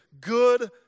good